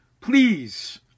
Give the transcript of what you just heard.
Please